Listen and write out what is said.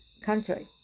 country